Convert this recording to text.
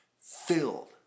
filled